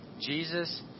Jesus